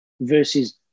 versus